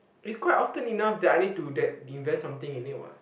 is quite often enough that I need to that invest something in it what